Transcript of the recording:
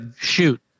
Shoot